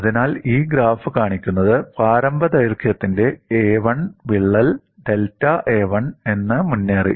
അതിനാൽ ഈ ഗ്രാഫ് കാണിക്കുന്നത് പ്രാരംഭ ദൈർഘ്യത്തിന്റെ a1 വിള്ളൽ ഡെൽറ്റ a1 എന്ന് മുന്നേറി